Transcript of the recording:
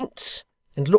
with hints,